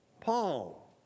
Paul